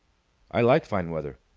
i like fine weather.